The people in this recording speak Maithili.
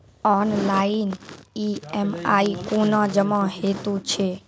ऑनलाइन ई.एम.आई कूना जमा हेतु छै?